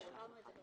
לכולם.